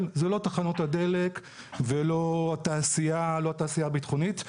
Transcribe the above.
זה לא תחנות הדלק ולא התעשייה הביטחונית.